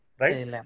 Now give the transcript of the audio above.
Right